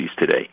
today